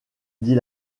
dit